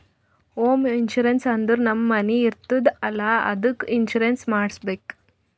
home insurance ಅಂದುರ್ ನಮ್ ಮನಿ ಇರ್ತುದ್ ಅಲ್ಲಾ ಅದ್ದುಕ್ ಇನ್ಸೂರೆನ್ಸ್ ಮಾಡುಸ್ಬೇಕ್